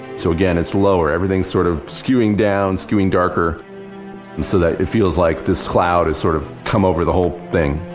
so again, it's lower. everything is sort of skewing down, skewing darker so that it feels like this cloud is sort of come over the whole thing.